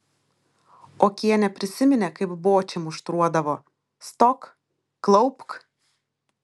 okienė prisiminė kaip bočį muštruodavo stok klaupk